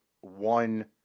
one